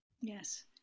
yes